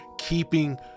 keeping